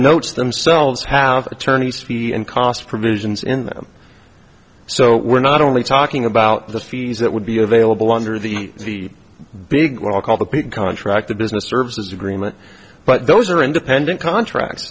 notes themselves have attorneys fees and costs provisions in them so we're not only talking about the fees that would be available under the big what i'll call the peak contract the business services agreement but those are independent contracts